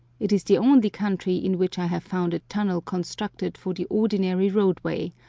it is the only country in which i have found a tunnel constructed for the ordinary roadway,